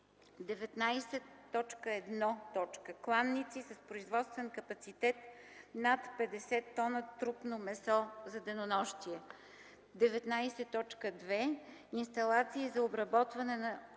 19.1. Кланици с производствен капацитет над 50 т трупно месо за денонощие. 19.2. Инсталации за обработване и